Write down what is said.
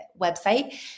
website